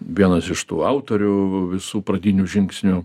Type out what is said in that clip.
vienas iš tų autorių visų pradinių žingsnių